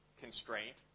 constraint